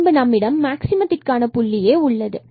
பின்பு நம்மிடம் மாக்சிமத்திற்கான புள்ளியே உள்ளது